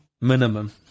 Minimum